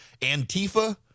Antifa